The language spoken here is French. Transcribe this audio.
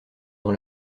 dans